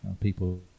people